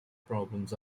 problems